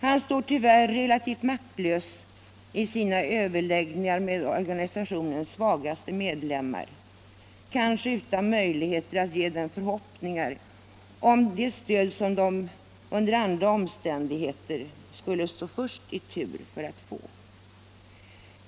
Han står tyvärr relativt maktlös i sina överläggningar med organisationens svagaste medlemmar, kanske utan möjlighet att ge dem förhoppningar om det stöd som de under andra omständigheter skulle stå först i tur att få.